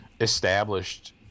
established